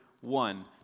one